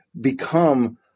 become